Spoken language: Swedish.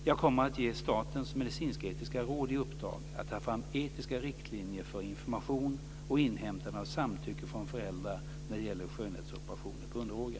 Jag kommer att ge Statens medicinsk-etiska råd i uppdrag att ta fram etiska riktlinjer för information och inhämtande av samtycke från föräldrar när det gäller skönhetsoperationer på underåriga.